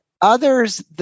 others